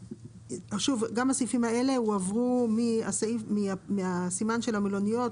הסעיפים האלה הועברו מהסימן של המלוניות,